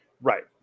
right